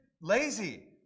lazy